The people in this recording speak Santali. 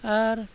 ᱟᱨ